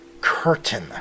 curtain